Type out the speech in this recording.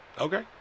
Okay